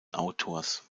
autors